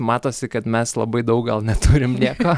matosi kad mes labai daug gal neturim nieko